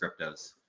cryptos